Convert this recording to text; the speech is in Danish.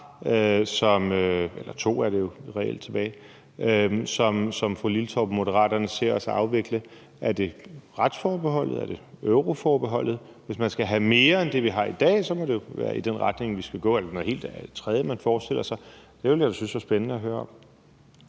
– eller det er vel to, der reelt er tilbage – og som fru Karin Liltorp og Moderaterne ser os afvikle? Er det retsforbeholdet? Er det euroforbeholdet? Hvis man skal have mere end det, vi har i dag, må det jo være i den retning, vi skal gå. Eller er det noget helt tredje, man forestiller sig? Det ville jeg jo synes var spændende at høre om.